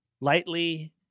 lightly